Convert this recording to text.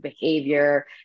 behavior